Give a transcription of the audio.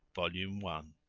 volume one,